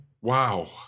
Wow